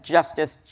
Justice